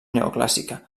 neoclàssica